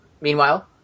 Meanwhile